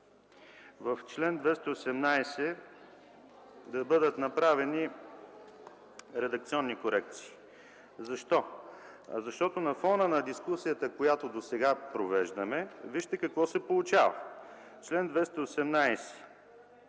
в чл. 218 да бъдат направени редакционни корекции. Защо? Защото на фона на дискусията, която провеждаме досега, вижте какво се получава. Член 218,